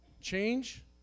change